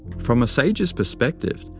from a sage's perspective,